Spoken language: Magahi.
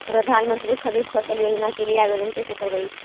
प्रधानमंत्री खारिफ फ़सल योजना के लिए आवेदन कैसे करबइ?